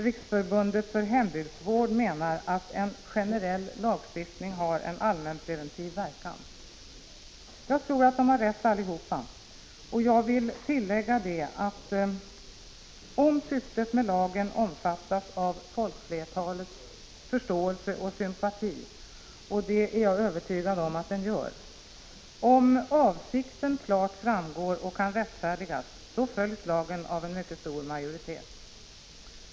Riksförbundet för hembygdsvård menar att en generell lagstiftning har en allmänpreventiv verkan. Jag tror att de har rätt allihop, och jag vill tillägga följande: Om syftet med lagen omfattas av folkflertalets förståelse och sympati — och det är jag övertygad om att det gör — och om avsikten klart framgår och kan rättfärdigas, då följs lagen av en mycket stor majoritet.